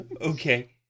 Okay